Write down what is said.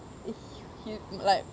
he he like